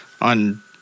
on